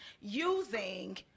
using